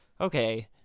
okay